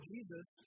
Jesus